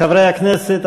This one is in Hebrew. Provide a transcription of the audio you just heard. חברי הכנסת,